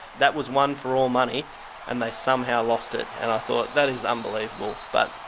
that was one for all money and they somehow lost it. and i thought that is unbelievable. but,